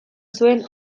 zuen